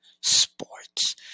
sports